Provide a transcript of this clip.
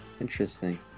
Interesting